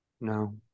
No